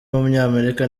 w’umunyamerika